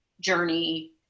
journey